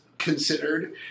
considered